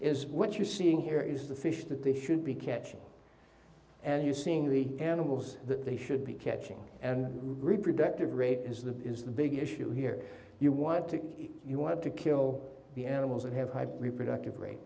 is what you're seeing here is the fish that they should be catching and you seeing the animals that they should be catching and reproductive rate is that is the big issue here you want to if you want to kill the animals that have high reproductive ra